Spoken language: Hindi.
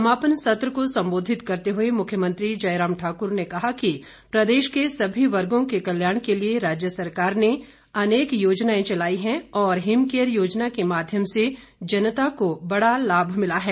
समापन सत्र को संबोधित करते हुए मुख्यमंत्री जयराम ठाकुर ने कहा कि प्रदेश के सभी वर्गों के कल्याण के लिए राज्य सरकार ने अनेक योजनाएं चलाई हैं और हिमकेयर योजना के माध्यम से जनता को बढ़ा लाभ मिला है